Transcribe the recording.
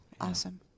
awesome